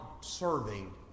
serving